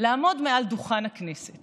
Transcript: לעמוד מעל דוכן הכנסת